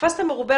"תפסת מרובה,